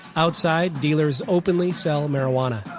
outside, dealers openly sell marijuana.